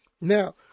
Now